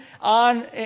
on